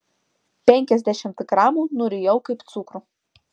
penkiasdešimt gramų nurijau kaip cukrų